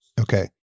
Okay